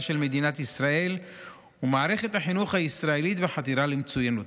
של מדינת ישראל ומערכת החינוך הישראלית בחתירה למצוינות,